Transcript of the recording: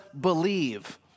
believe